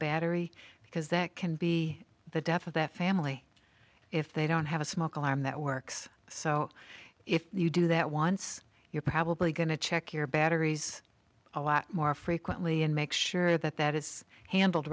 battery because that can be the death of their family if they don't have a smoke alarm that works so if you do that once you're probably going to check your batteries a lot more frequently and make sure that that is handled